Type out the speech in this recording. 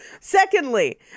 Secondly